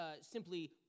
simply